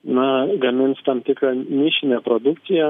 na gamins tam tikrą nišinę produkciją